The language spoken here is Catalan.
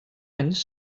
anys